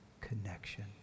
connection